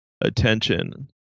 attention